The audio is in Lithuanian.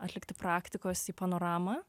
atlikti praktikos į panoramą